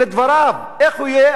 איך הוא יהיה אחראי למעשיו?